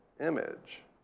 image